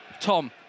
Tom